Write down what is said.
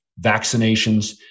vaccinations